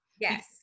yes